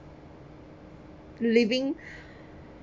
living